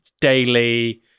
daily